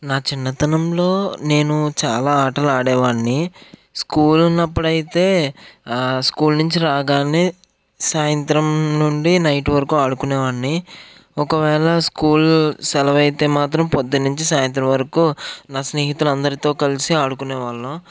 నా చిన్నతనంలో నేను చాలా ఆటలు ఆడేవాడ్ని స్కూల్ ఉన్నప్పుడైతే స్కూల్ నుంచి రాగానే సాయంత్రం నుండి నైట్ వరకు ఆడుకునే వాడ్ని ఒకవేళ స్కూల్ సెలవు అయితే మాత్రం పొద్దున్నుంచి సాయంత్రం వరకు నా స్నేహితులందరితో కలిసి ఆడుకునే వాళ్ళం